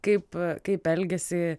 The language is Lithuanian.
kaip kaip elgiasi